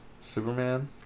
Superman